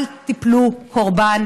אל תיפלו קורבן